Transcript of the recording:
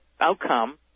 outcome